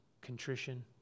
contrition